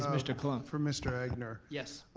um mr. colon. for mr. egnor. yes?